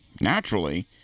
naturally